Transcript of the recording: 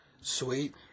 Sweet